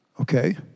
okay